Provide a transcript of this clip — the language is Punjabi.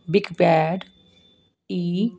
ThinkPad E